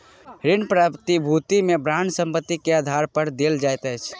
ऋण प्रतिभूति में बांड संपत्ति के आधार पर देल जाइत अछि